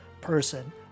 person